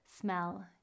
smell